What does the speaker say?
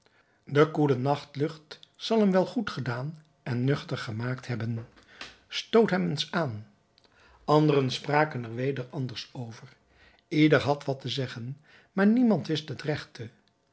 de koele nachtlucht zal hem wel goed gedaan en nuchteren gemaakt hebben stoot hem eens aan anderen spraken er weder anders over ieder had wat te zeggen maar niemand wist het regte